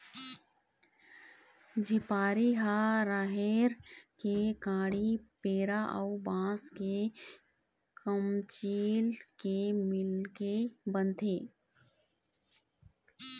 झिपारी ह राहेर के काड़ी, पेरा अउ बांस के कमचील ले मिलके बनथे